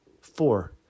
Four